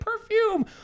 perfume